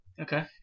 Okay